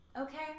okay